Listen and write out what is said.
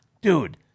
dude